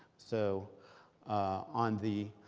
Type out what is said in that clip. so on the